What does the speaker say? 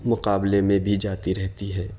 مقابلے میں بھی جاتی رہتی ہے